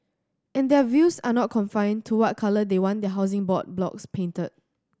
and their views are not confined to what colour they want their Housing Board blocks painted